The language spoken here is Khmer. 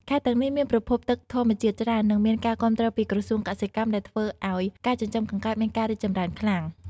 ខេត្តទាំងនេះមានប្រភពទឹកធម្មជាតិច្រើន និងមានការគាំទ្រពីក្រសួងកសិកម្ម ដែលធ្វើឲ្យការចិញ្ចឹមកង្កែបមានការរីកចម្រើនខ្លាំង។